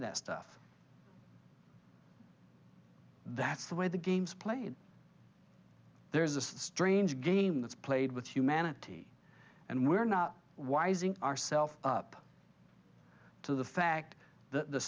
y that stuff that's the way the games played there is a strange game that's played with humanity and we're not wising ourself up to the fact that the